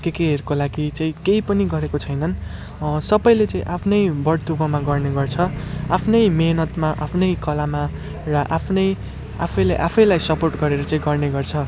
के केहरूको लागि चाहिँ केही पनि गरेको छैनन् सबैले चाहिँ आफ्नै बलबुतामा गर्ने गर्छ आफ्नै मिहिनेतमा आफ्नै कलामा र आफ्नै आफैले आफैलाई सपोर्ट गरेर चाहिँ गर्ने गर्छ